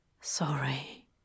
Sorry